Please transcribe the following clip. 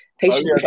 patient